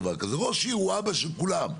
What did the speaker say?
ראש עיר הוא אבא של כולם,